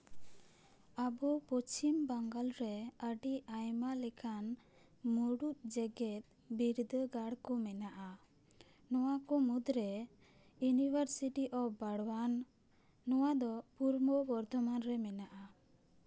ᱟᱵᱚ ᱯᱚᱥᱪᱷᱤᱢ ᱵᱟᱝᱜᱟᱞ ᱨᱮ ᱟᱹᱰᱤ ᱟᱭᱢᱟ ᱞᱮᱠᱟᱱ ᱢᱩᱬᱩᱫ ᱡᱮᱜᱮᱫ ᱵᱤᱨᱫᱟᱹᱜᱟᱲ ᱠᱚ ᱢᱮᱱᱟᱜᱼᱟ ᱱᱚᱣᱟ ᱠᱚ ᱢᱩᱫᱽᱨᱮ ᱤᱭᱩᱱᱤᱵᱷᱟᱨᱥᱤᱴᱤ ᱚᱯᱷ ᱵᱚᱨᱫᱷᱚᱢᱟᱱ ᱱᱚᱣᱟ ᱫᱚ ᱯᱩᱨᱵᱚ ᱵᱚᱨᱫᱷᱚᱢᱟᱱ ᱨᱮ ᱢᱮᱱᱟᱜᱼᱟ